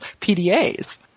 PDAs